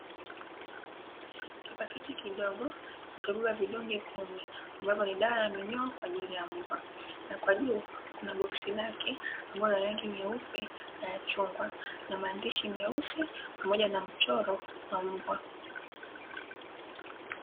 Kipaketi kidogo kichobeba vidonge kumi, ambavyo ni dawa ya minyoo kwa ajili ya mbwa. Na kwa juu kuna boksi lake ambalo lina rangi nyeupe, naya chungwa, na maandishi meusi pamoja na mchoro wa mbwa.